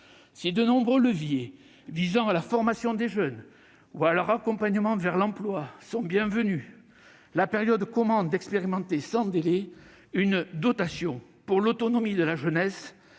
Si de nombreux leviers visant à la formation des jeunes ou à leur accompagnement vers l'emploi sont bienvenus, la période commande d'expérimenter sans délai une dotation pour l'autonomie de la jeunesse,